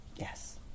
Yes